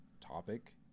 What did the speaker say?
topic